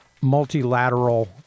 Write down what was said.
multilateral